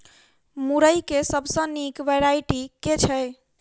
मुरई केँ सबसँ निक वैरायटी केँ छै?